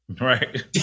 right